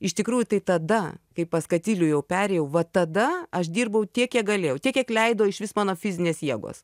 iš tikrųjų tai tada kai pas katilių jau perėjau va tada aš dirbau tiek kiek galėjau tiek kiek leido išvis mano fizinės jėgos